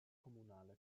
comunale